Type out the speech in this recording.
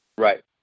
right